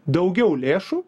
daugiau lėšų